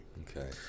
Okay